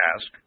ask